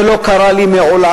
זה לא קרה לי מעולם,